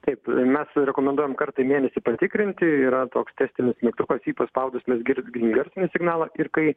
taip mes rekomenduojam kartą į mėnesį patikrinti yra toks testinis mygtukas jį paspaudus mes gir gryn garsinį signalą ir kai